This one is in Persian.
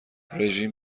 رژیم